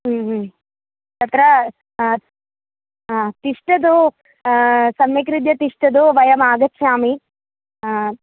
तत्र ह तिष्ठतु सम्यक् रीत्या तिष्ठतु वयमागच्छामि हा